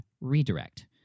redirect